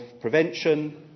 prevention